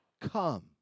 come